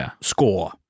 score